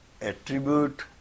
Attribute